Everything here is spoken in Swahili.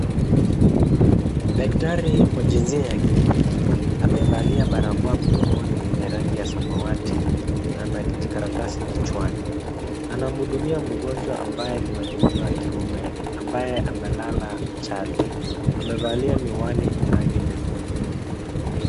Daktari wa jinsia ya kike amevalia barakoa mdomoni yenye rangi ya samawati na ana kijikaratasi kichwani. Anamuhudumia mgonjwa ambaye ni wa jinsia ya kiume, ambaye amelala chali. Amevalia miwani yenye rangi nyekundu.